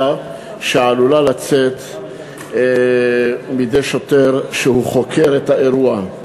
שעלולה לצאת מידי שוטר כשהוא חוקר אירוע.